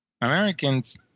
Americans